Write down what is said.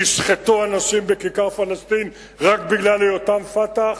נשחטו אנשים בכיכר-פלסטין רק בגלל היותם "פתח",